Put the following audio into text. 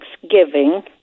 Thanksgiving